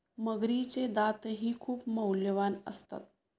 मगरीचे दातही खूप मौल्यवान असतात